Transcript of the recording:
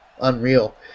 unreal